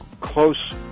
close